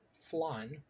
flan